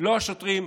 לא השוטרים,